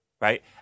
Right